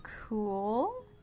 Cool